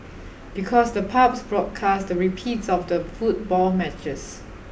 because the pubs broadcast the repeats of the football matches